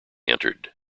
entered